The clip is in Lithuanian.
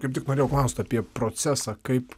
kaip tik norėjau klaust apie procesą kaip